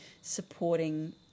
supporting